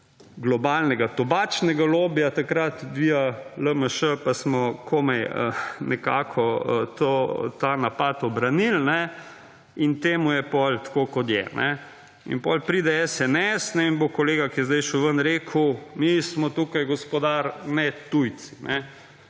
globalnega tobačnega lobija takrat vija LMŠ, pa smo komaj nekako ta napad ubranili in temu je potem tako kot je. In potem pride SNS in bo kolega, ki je zdaj še ven rekel, mi smo tukaj gospodar med tujci.